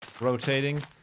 rotating